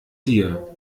dir